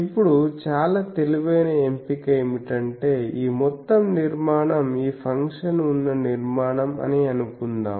ఇప్పుడు చాలా తెలివైన ఎంపిక ఏమిటంటే ఈ మొత్తం నిర్మాణం ఈ ఫంక్షన్ ఉన్న నిర్మాణం అని అనుకుందాం